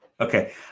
Okay